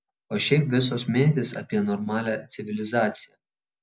o šiaip visos mintys apie normalią civilizaciją